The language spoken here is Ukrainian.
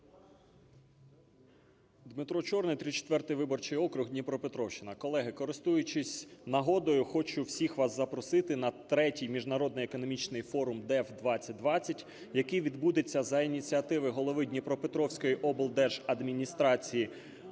Дмитро Чорний, 34 виборчий округ, Дніпропетровщина. Колеги, користуючись нагодою, хочу всіх вас запросити на III Міжнародний економічний форум DEF-2020, який відбудеться за ініціативи голови Дніпропетровської облдержадміністрації